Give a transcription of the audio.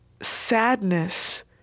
sadness